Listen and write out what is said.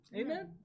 Amen